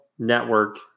network